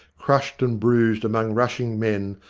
crushed and bruised, among rushing men,